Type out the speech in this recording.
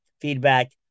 Feedback